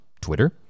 Twitter